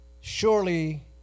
surely